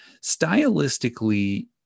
Stylistically